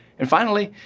and finally,